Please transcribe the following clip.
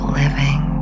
living